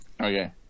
okay